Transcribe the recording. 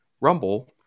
Rumble